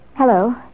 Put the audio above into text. Hello